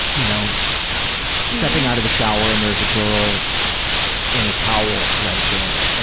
you know stepping out of the shower and there's a girl in a towel right there.